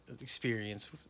experience